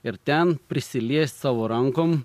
ir ten prisiliest savo rankom